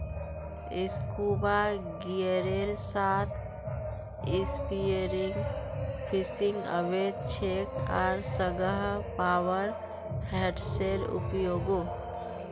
scuba गियरेर साथ spearfishing अवैध छेक आर संगह पावर हेड्सेर उपयोगो